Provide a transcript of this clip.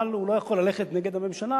אבל הוא לא יכול ללכת נגד הממשלה,